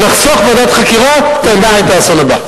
נחסוך בוועדת חקירה ונמנע את האסון הבא.